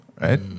right